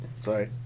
Sorry